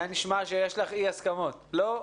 לא.